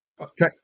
Okay